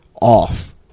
off